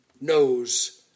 knows